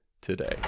today